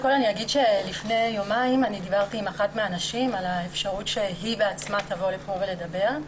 לפני יומיים דיברתי עם אחת מהנשים על האפשרות שהיא בעצמה תבוא לפה לדבר.